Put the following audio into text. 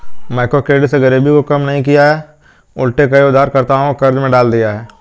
microcredit ने गरीबी को कम नहीं किया उलटे कई उधारकर्ताओं को कर्ज में डाल दिया है